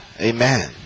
Amen